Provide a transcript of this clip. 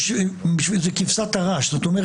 --- שביום של פיגוע אתה עושה מה שאתה עושה.